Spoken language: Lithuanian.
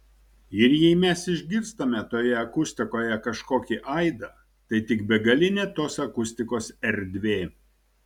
ir jei mes išgirstame toje akustikoje kažkokį aidą tai tik begalinė tos akustikos erdvė